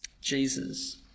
Jesus